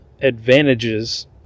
advantages